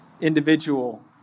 individual